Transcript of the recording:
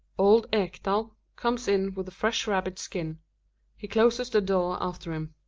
old ekdal comes in with afresh rabbit-skin he closes the door after him.